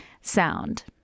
sound